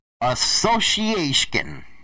Association